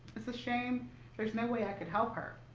it's a shame there's no way i could help her.